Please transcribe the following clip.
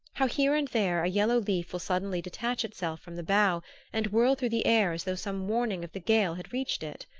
how here and there a yellow leaf will suddenly detach itself from the bough and whirl through the air as though some warning of the gale had reached it?